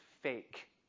fake